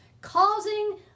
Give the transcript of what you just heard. causing